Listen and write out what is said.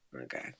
Okay